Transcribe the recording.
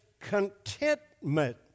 contentment